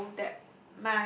pillow that